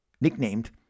nicknamed